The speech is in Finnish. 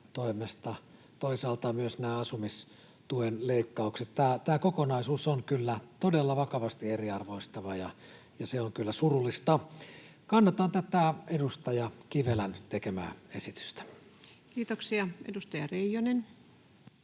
tulevat myös nämä asumistuen leikkaukset, niin tämä kokonaisuus on kyllä todella vakavasti eriarvoistava, ja se on kyllä surullista. Kannatan edustaja Kivelän tekemää esitystä. Kiitoksia. — Edustaja Reijonen.